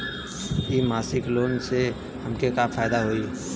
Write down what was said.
इ मासिक लोन से हमके का फायदा होई?